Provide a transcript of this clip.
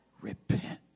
repent